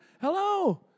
Hello